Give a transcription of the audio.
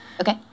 Okay